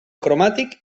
cromàtic